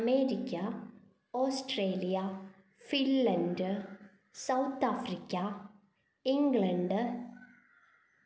America Australia Finland South Africa England